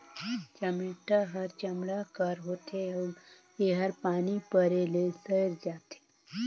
चमेटा हर चमड़ा कर होथे अउ एहर पानी परे ले सइर जाथे